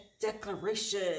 declaration